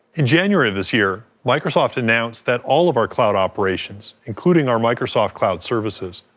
in january this year, microsoft announced that all of our cloud operations including our microsoft cloud services,